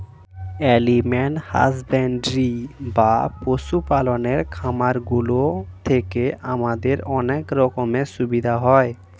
animal husbandry বা পশু পালনের খামারগুলি থেকে আমাদের অনেক রকমের সুবিধা হয়